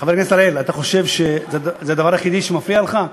חבר הכנסת אראל, זה הדבר היחיד שמפריע לך?